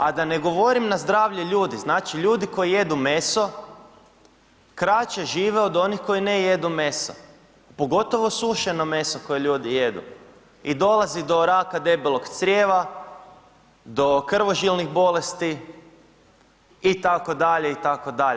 A da ne govorim na zdravlje ljudi, znači ljudi koji jedu meso kraće žive od onih koji ne jedu meso, pogotovo sušeno meso koje ljudi jedu i dolazi do raka debelog crijeva, do krvožilnih bolesti itd., itd.